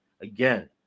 Again